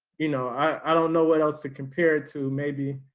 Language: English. you know, i don't know what else to compare it to maybe,